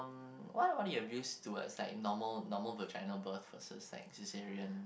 what about your views towards like normal normal vaginal birth versus like caesarean